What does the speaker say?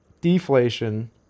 deflation